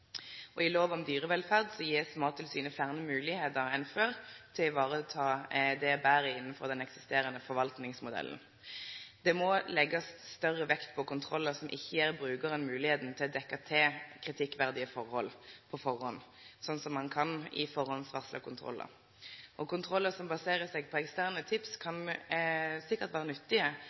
I lov om dyrevelferd blir Mattilsynet gjeve fleire moglegheiter enn før til å vareta dette betre innafor den eksisterande forvaltningsmodellen. Det må leggjast større vekt på kontrollar som ikkje gjev brukaren moglegheit til å dekkje til kritikkverdige forhold på førehand, slik ein kan ved førehandsvarsla kontrollar. Kontrollar som baserer seg på eksterne tips, kan sikkert vere nyttige,